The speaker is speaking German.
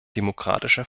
demokratischer